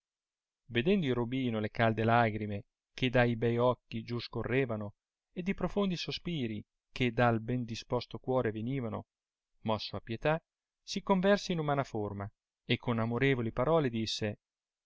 vedendo il robino le calde lagrime che da i be occhi giù scorrevano ed i profondi sospiri che dal ben disposto cuore venivano mosso a pietà si converse in umana forma e con amorevoli parole disse